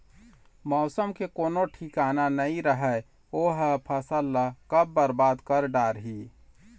मउसम के कोनो ठिकाना नइ रहय ओ ह फसल ल कब बरबाद कर डारही